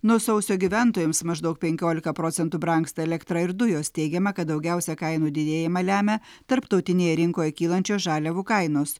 nuo sausio gyventojams maždaug penkiolika procentų brangsta elektra ir dujos teigiama kad daugiausia kainų didėjimą lemia tarptautinėje rinkoje kylančios žaliavų kainos